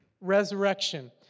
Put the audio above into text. resurrection